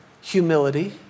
humility